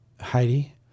Heidi